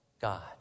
God